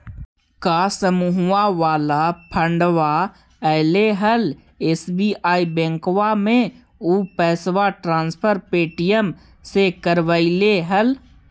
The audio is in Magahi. का समुहवा वाला फंडवा ऐले हल एस.बी.आई बैंकवा मे ऊ पैसवा ट्रांसफर पे.टी.एम से करवैलीऐ हल?